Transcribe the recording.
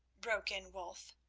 broke in wulf.